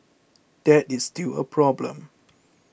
that is still a problem